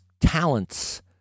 talents